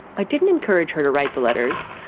i didn't encourage her to write the letters.